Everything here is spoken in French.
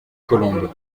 colombes